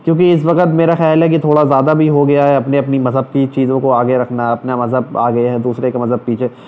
کیونکہ اس وقت میرا خیال ہے کہ تھوڑا زیادہ بھی ہو گیا ہے اپنے اپنی مذہب کی چیزوں کو آگے رکھنا اپنا مذہب آگے ہے دوسرے کا مذہب پیچھے